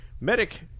medic